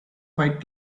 fight